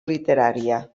literària